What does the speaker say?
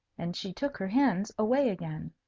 and she took her hands away again.